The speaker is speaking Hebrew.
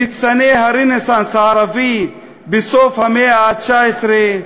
ניצני הרנסנס הערבי בסוף המאה ה-19,